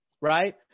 right